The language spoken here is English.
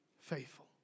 faithful